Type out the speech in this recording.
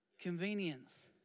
Convenience